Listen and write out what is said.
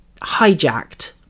hijacked